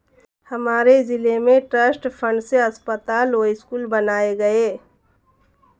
हमारे जिले में ट्रस्ट फंड से अस्पताल व स्कूल बनाए गए